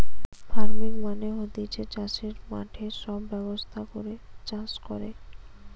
farming মানে হতিছে চাষের মাঠে সব ব্যবস্থা করে চাষ কোরে